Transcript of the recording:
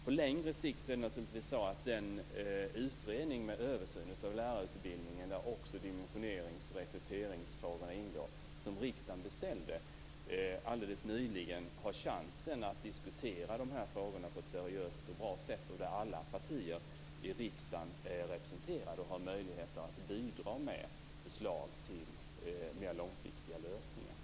På längre sikt måste den utredning som riksdagen nyligen beställde angående en översyn av lärarutbildningen, där också dimensionerings och rekryteringsfrågorna ingår, få chansen att diskutera frågorna på ett seriöst och bra sätt. Alla partier i riksdagen är representerade och har möjligheter att bidra med förslag till mer långsiktiga lösningar.